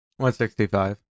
165